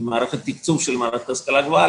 ממערכת התקצוב של מערכת להשכלה גבוהה,